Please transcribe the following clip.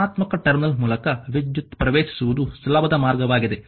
ಧನಾತ್ಮಕ ಟರ್ಮಿನಲ್ ಮೂಲಕ ವಿದ್ಯುತ್ ಪ್ರವೇಶಿಸುವುದು ಸುಲಭವಾದ ಮಾರ್ಗವಾಗಿದೆ